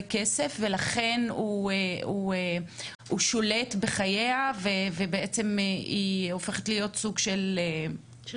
כסף ולכן הוא שולט בחייה והיא הופכת להיות סוג של ---?